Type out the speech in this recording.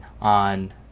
on